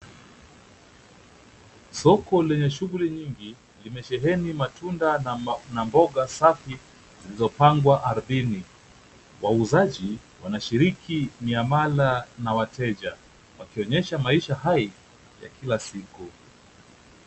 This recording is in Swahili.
Soko lenye shughuli nyingi limesheheni matunda na mboga safi zilizopangwa ardhini. Wauzaji wanashiriki miamala na wateja wakionyesha maisha hai ya kila siku.